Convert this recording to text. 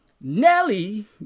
Nelly